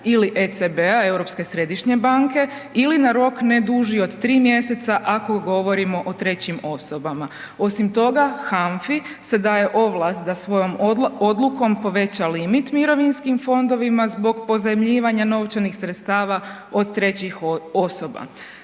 ili ECB-a Europske središnje banke ili na rok ne duži od 3 mjeseca ako govorimo o trećim osobama. Osim toga, HANFA-i se daje ovlast da svojom odlukom poveća limit mirovinskim fondovima zbog pozajmljivanja novčanih sredstava od trećih osoba.